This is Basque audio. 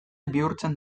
bihurtzen